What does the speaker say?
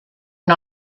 and